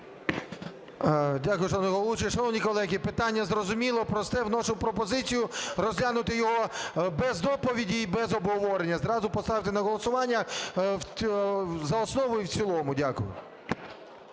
Шановні колеги, питання зрозуміле, просте. Вношу пропозицію розглянути його без доповіді і без обговорення. Зразу поставити на голосування за основу і в цілому. Дякую.